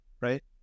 right